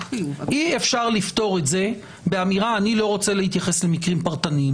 אי אפשר לפתור את זה באמירה "אני לא רוצה להתייחס למקרים פרטניים".